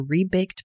rebaked